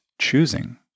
choosing